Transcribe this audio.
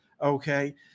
Okay